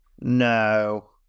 no